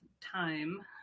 time